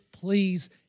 please